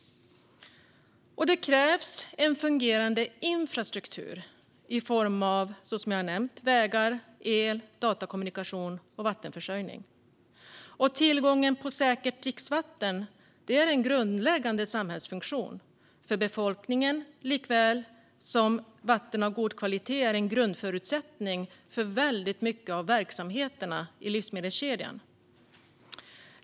Detta kräver en fungerande infrastruktur i form av, så som jag har nämnt, vägar, el, datakommunikation och vattenförsörjning. Tillgången på säkert dricksvatten är en grundläggande samhällsfunktion för befolkningen likaväl som vatten av god kvalitet är en grundförutsättning för väldigt mycket av verksamheterna i livsmedelskedjan.